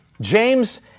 James